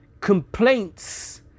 complaints